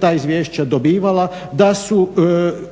ta izvješća dobivala, da su